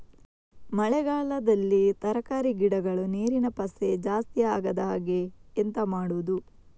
ಮಳೆಗಾಲದಲ್ಲಿ ತರಕಾರಿ ಗಿಡಗಳು ನೀರಿನ ಪಸೆ ಜಾಸ್ತಿ ಆಗದಹಾಗೆ ಎಂತ ಮಾಡುದು?